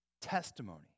testimony